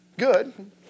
Good